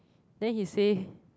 then he say